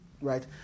right